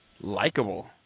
likable